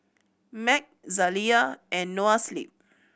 MAG Zalia and Noa Sleep